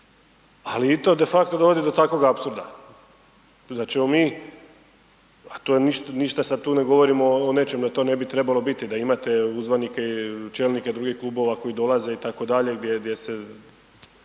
ali i to de facto dovodi do takvog apsurda. Zar ćemo mi, a to je, ništa sad tu ne govorimo o nečemu da to ne bi trebalo biti, da imate uzvanike i čelnike drugih klubova koji dolaze, itd., gdje se